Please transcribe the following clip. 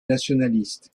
nationaliste